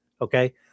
Okay